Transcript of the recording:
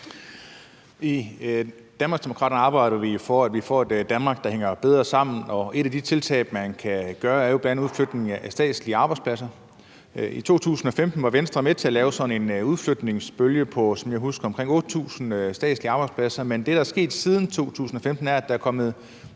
arbejder vi for, at vi får et Danmark, der hænger bedre sammen, og et af de tiltag, man kan gøre, er udflytning af statslige arbejdspladser. I 2015 var Venstre med til at lave sådan en udflytningsbølge på, som jeg husker det, omkring 8.000 statslige arbejdspladser, men det, der er sket siden 2015, er, at der er kommet